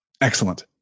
Excellent